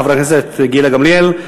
חברת הכנסת גילה גמליאל.